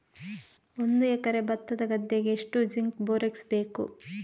ಒಂದು ಎಕರೆ ಭತ್ತದ ಗದ್ದೆಗೆ ಎಷ್ಟು ಜಿಂಕ್ ಬೋರೆಕ್ಸ್ ಬೇಕು?